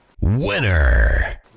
Winner